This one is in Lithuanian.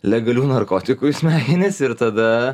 legalių narkotikų į smegenis ir tada